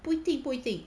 不一定不一定